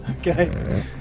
okay